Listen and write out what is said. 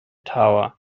tower